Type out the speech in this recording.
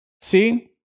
See